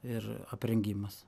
ir aprengimas